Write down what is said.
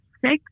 six